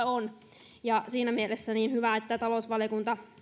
on fiksaamista ja siinä mielessä on hyvä että talousvaliokunta